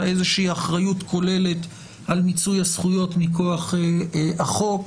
אחריות כוללת על מיצוי הזכויות מכוח החוק.